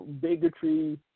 bigotry